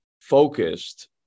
focused